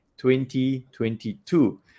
2022